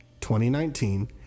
2019